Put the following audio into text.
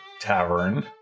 tavern